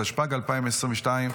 התשפ"ג 2022,